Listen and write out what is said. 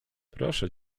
proszę